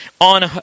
on